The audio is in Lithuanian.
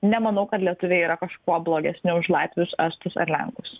nemanau kad lietuviai yra kažkuo blogesni už latvius estus ar lenkus